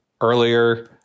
earlier